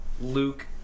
Luke